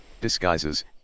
disguises